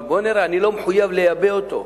אבל בוא נראה: אני לא מחויב לייבא אותו.